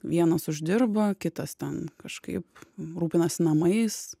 vienas uždirba kitas ten kažkaip rūpinasi namais